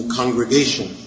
congregation